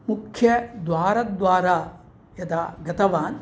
मुख्यद्वारद्वारा यदा गतवान्